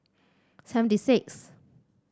seventy sixth